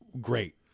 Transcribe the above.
great